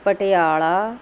Patiala